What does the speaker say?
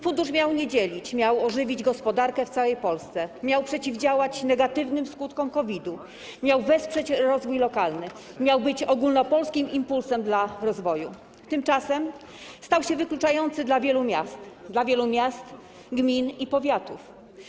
Fundusz nie miał dzielić, miał ożywić gospodarkę w całej Polsce, miał przeciwdziałać negatywnym skutkom COVID-u, miał wesprzeć rozwój lokalny, miał być ogólnopolskim impulsem dla rozwoju, tymczasem stał się wykluczający dla wielu miast, gmin i powiatów.